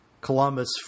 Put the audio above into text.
Columbus